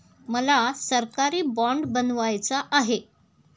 मला सरकारी बाँड बनवायचा आहे